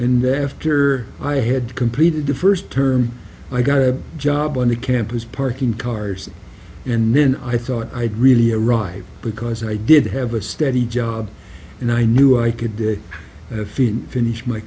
then after i had completed the first term i got a job on the campus parking cars and then i thought i'd really a ride because i did have a steady job and i knew i could feed finish my